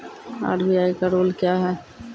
RBI का rule क्या हैं?